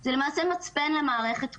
זה למעשה מצפן למערכת כולה.